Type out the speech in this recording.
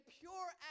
pure